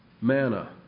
Manna